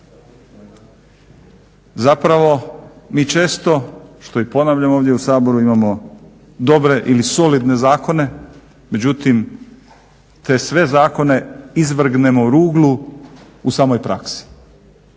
Zapravo mi često što i ponavljam ovdje u Saboru, imamo dobre ili solidne zakone međutim te sve zakone izvrgnemo ruglu u samoj praksi.